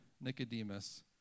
Nicodemus